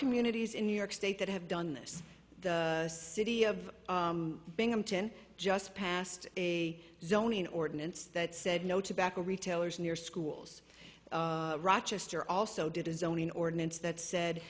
communities in new york state that have done this the city of binghamton just passed a zoning ordinance that said no tobacco retailers near schools rochester also did a zoning ordinance that said